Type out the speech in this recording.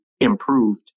Improved